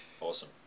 awesome